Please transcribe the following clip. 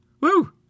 Woo